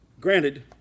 granted